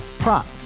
Prop